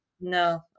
No